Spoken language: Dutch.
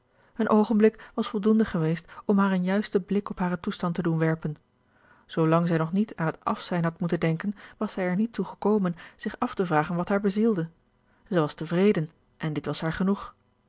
een oogenblik was voldoende geweest om haar een juisten blik op haren toestand te doen werpen zoo lang zij nog niet aan het afzijn had moeten denken was zij er niet toe gekomen zich af te vragen wat haar bezielde zij was tevreden en dit was haar genoeg